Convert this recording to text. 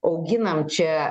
auginam čia